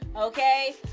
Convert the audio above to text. okay